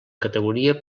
categoria